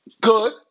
Good